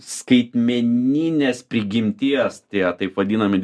skaitmeninės prigimties tie taip vadinami